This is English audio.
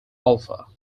alpha